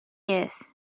years